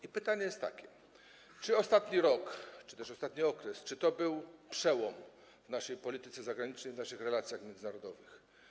I pytanie jest takie: Czy ostatni rok czy też ostatni okres to był przełom w naszej polityce zagranicznej, w naszych relacjach międzynarodowych?